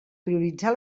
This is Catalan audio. prioritzar